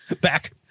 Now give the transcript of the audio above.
back